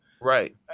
Right